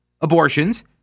abortions